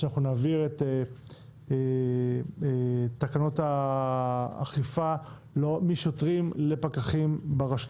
כשאנחנו נעביר את תקנות האכיפה משוטרים לפקחים ברשויות